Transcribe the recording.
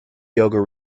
yoga